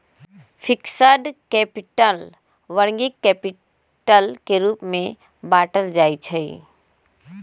fixed capital, working capital के रूप में बाटल जाइ छइ